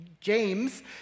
James